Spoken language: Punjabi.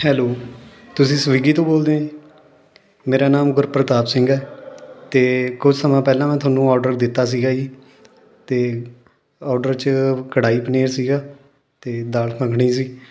ਹੈਲੋ ਤੁਸੀਂ ਸਵੀਗੀ ਤੋਂ ਬੋਲਦੇ ਓਂ ਜੀ ਮੇਰਾ ਨਾਮ ਗੁਰਪ੍ਰਤਾਪ ਸਿੰਘ ਹੈ ਅਤੇ ਕੁਝ ਸਮਾਂ ਪਹਿਲਾਂ ਮੈਂ ਤੁਹਾਨੂੰ ਔਡਰ ਦਿੱਤਾ ਸੀਗਾ ਜੀ ਅਤੇ ਔਡਰ 'ਚ ਕੜਾਈ ਪਨੀਰ ਸੀਗਾ ਅਤੇ ਦਾਲ ਮੱਖਣੀ ਸੀ